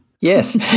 Yes